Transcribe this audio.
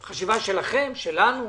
שלנו.